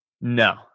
No